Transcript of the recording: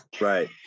right